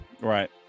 Right